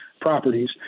properties